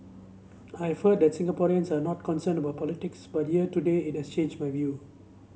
I've heard that Singaporeans are not concerned about politics but here today it has changed my view